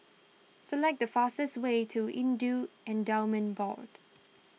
select the fastest way to Hindu Endowments Board